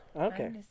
Okay